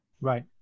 Right